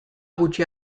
gutxi